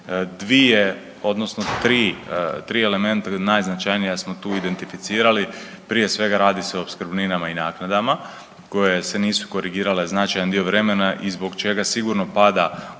Dvije odnosno tri elementa najznačajnija smo tu identificirali, prije svega radi se o opskrbninama i naknadama koje se nisu korigirale značajan dio vremena i zbog čega sigurno pada određeni